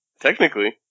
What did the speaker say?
Technically